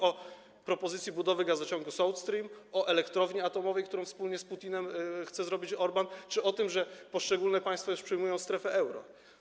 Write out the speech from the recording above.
O propozycji budowy gazociągu South Stream, o elektrowni atomowej, którą wspólnie z Putinem chce budować Orbán, czy o tym, że poszczególne państwa już przystępują do strefy euro?